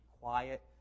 quiet